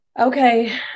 Okay